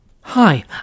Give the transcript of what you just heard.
Hi